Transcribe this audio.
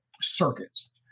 circuits